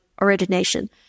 origination